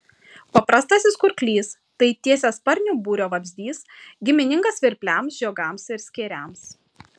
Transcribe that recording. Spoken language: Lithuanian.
paprastasis kurklys tai tiesiasparnių būrio vabzdys giminingas svirpliams žiogams ir skėriams